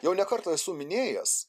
jau ne kartą esu minėjęs